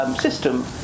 system